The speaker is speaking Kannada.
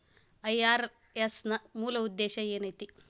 ಐ.ಆರ್.ಎಸ್ ನ ಮೂಲ್ ಉದ್ದೇಶ ಏನೈತಿ?